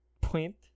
point